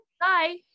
Bye